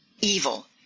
evil